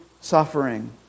suffering